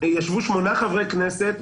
ישבו שמונה חברי כנסת,